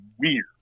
weird